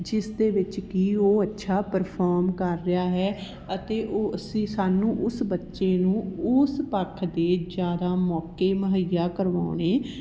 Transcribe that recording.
ਜਿਸਦੇ ਵਿੱਚ ਕਿ ਉਹ ਅੱਛਾ ਪਰਫੋਮ ਕਰ ਰਿਹਾ ਹੈ ਅਤੇ ਉਹ ਅਸੀਂ ਸਾਨੂੰ ਉਸ ਬੱਚੇ ਨੂੰ ਉਸ ਪੱਖ ਦੇ ਜ਼ਿਆਦਾ ਮੌਕੇ ਮੁਹੱਈਆ ਕਰਵਾਉਣੇ